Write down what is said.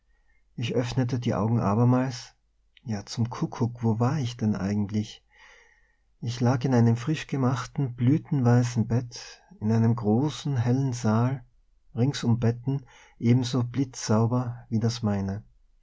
ich öffnete die augen abermals ja zum kuckuck wo war ich denn eigentlich ich lag in einem frischgemachten blütenweißen bett in einem großen hellen saal ringsum betten ebenso blitzsauber wie das meine